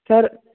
sir